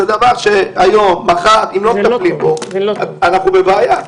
דבר שאם לא מטפלים בו היום או מחר אז אנחנו בבעיה.